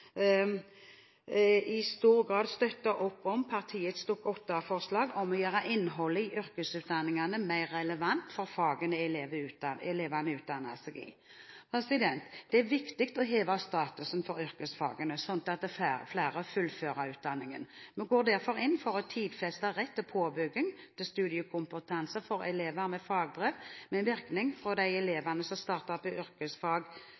i stor grad støtter opp om partiets Dokument 8-forslag om å gjøre innholdet i yrkesutdanningene mer relevant for fagene elevene utdanner seg i. Det er viktig å heve statusen for yrkesfagene sånn at flere fullfører utdanningen. Vi går derfor inn for å tidfeste rett til påbygging til studiekompetanse for elever med fagbrev med virkning fra de elevene som starter på yrkesfag Vg1 eller Vg2 skoleåret 2013–2014. Fremskrittspartiet mener at det offentlige må gå i